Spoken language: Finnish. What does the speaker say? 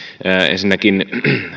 ensinnäkin sitä